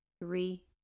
three